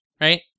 right